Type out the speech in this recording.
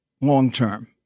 long-term